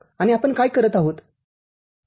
आणि आपण काय करत आहोत